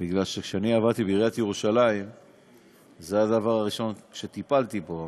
כי כשאני עבדתי בעיריית ירושלים זה הדבר הראשון שטיפלתי בו.